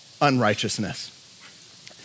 unrighteousness